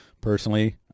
Personally